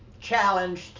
challenged